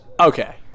Okay